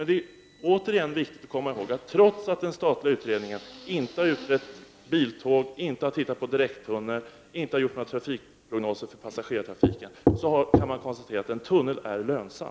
Det är återigen viktigt att komma ihåg att trots att den statliga utredningen inte har utrett biltågmöjligheten, inte har tittat på alternativet direkttunnel och inte har gjort några trafikprognoser för passagerartrafiken, har den konstaterat att tunneln blir lönsam.